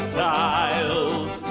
tiles